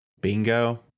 Bingo